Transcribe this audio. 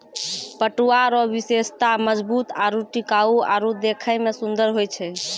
पटुआ रो विशेषता मजबूत आरू टिकाउ आरु देखै मे सुन्दर होय छै